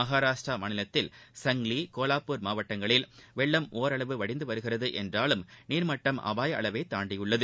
மகாராஷ்ட்ரா மாநிலத்தில் சங்கிலி கோலாப்பூர் மாவட்டங்களில் வெள்ளம் ஒரளவு வடிந்து வருகிறது என்றாலும் நீர்மட்டம் அபாய அளவை தாண்டியிருக்கிறது